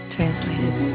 Translated